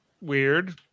weird